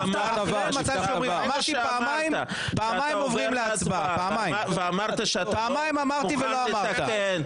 פעמיים אמרתי שעוברים להצבעה ולא אמרת.